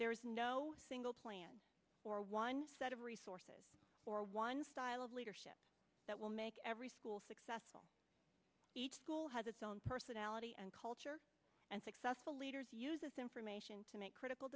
there is no single plan or one set of resources or one style of leadership that will make every school successful each school has its own personality and culture and successful leaders uses the information to make critical